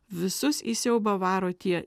visus į siaubą varo tie